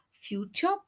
future